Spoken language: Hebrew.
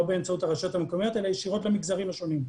באמצעות הרשויות המקומיות אלא ישירות למגזרים השונים.